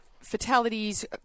fatalities